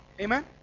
Amen